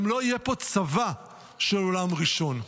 גם לא יהיה פה צבא של עולם ראשון.